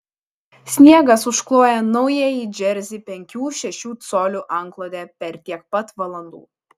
sniegas užkloja naująjį džersį penkių šešių colių antklode per tiek pat valandų